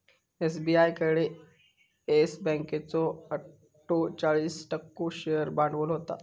SBI कडे yes बँकेचो अट्ठोचाळीस टक्को शेअर भांडवल होता